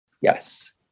Yes